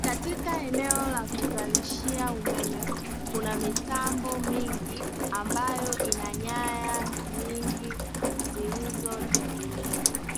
Katika eneo la kuzalishia umeme kuna mitambo mingi ambayo ina nyaya nyingi zilizotengenezwa.